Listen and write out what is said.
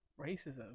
racism